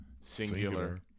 Singular